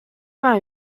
vingt